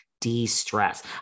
de-stress